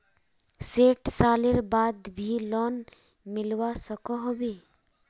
सैट सालेर बाद भी लोन मिलवा सकोहो होबे?